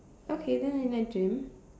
okay then in a gym